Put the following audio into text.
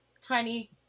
tiny